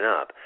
up